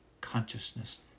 Consciousness